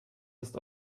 ist